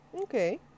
Okay